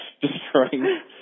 destroying